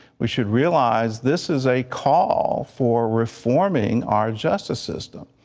we should realize this is a call for reforming our justice system.